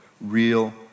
real